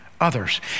Others